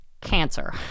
Cancer